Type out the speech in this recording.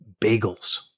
bagels